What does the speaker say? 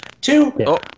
Two